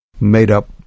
made-up